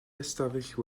ystafell